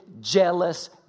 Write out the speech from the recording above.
jealous